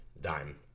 Dime